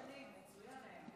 אחרי הרבה שנים, מצוין היה.